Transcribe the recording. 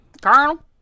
Colonel